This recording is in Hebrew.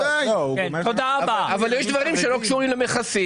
--- לא לאותם ילדים,